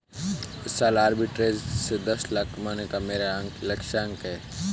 इस साल आरबी ट्रेज़ से दस लाख कमाने का मेरा लक्ष्यांक है